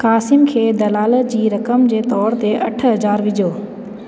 क़ासिम खे दलाल जी रक़म जे तौरि ते अठ हज़ार विझो